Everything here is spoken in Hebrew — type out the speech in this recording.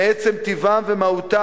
מעצם טיבם ומהותם,